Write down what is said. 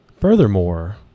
Furthermore